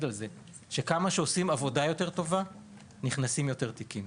על זה שכמה שעושים עבודה יותר טובה נכנסים יותר תיקים,